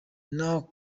naho